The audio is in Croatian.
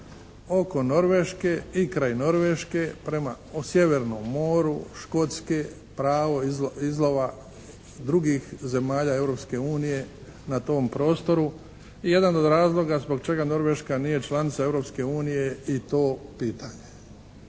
oko Norveške, i kraj Norveške prema sjevernom moru, Škotski, pravo izlova drugih zemalja Europske unije na tom prostoru i jedan od razloga zbog čega Norveška nije članica Europske